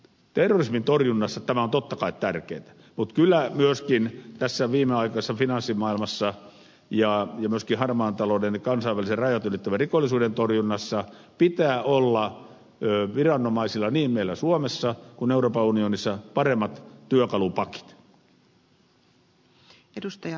terrorismin torjunnassa tämä on totta kai tärkeätä mutta kyllä myöskin tässä viimeaikaisessa finanssimaailmassa ja myöskin harmaan talouden kansainvälisen rajat ylittävän rikollisuuden torjunnassa pitää olla viranomaisilla niin meillä suomessa kuin euroopan unionissa paremmat työkalupakit